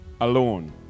alone